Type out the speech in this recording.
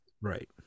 right